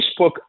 Facebook